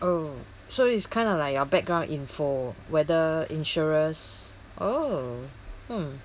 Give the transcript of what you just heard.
oh so it's kinda like your background info whether insurers oh hmm